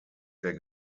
der